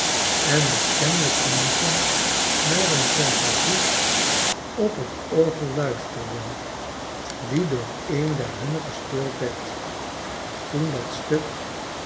en met kennelijk genoegennaar eenfantasie op t orgel luisterden die door een der huftnen gespeeld werd toen dat stuk